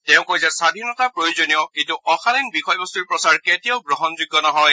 তেওঁ কয় যে স্বধীনতা প্ৰয়োজনীয় কিন্তু অশালীন বিষয়বস্তৰ প্ৰচাৰ কেতিয়াও গ্ৰহণযোগ্য নহয়